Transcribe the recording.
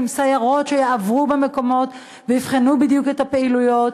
עם סיירות שיעברו במקומות ויבחנו בדיוק את הפעילויות.